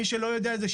מי שלא יודע את זה,